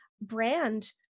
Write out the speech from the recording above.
brand